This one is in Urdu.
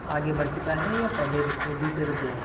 آگے بڑھ چکا ہے یا پہے رک بیچ میں رک گیا ہے